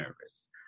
nervous